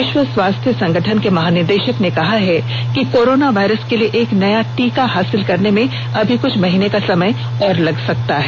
विश्व स्वास्थ्य संगठन के महानिदेशक ने कहा है कि कोरोना वायरस के लिए एक नया टीका हासिल करने में अभी कुछ महीने का समय लग सकता है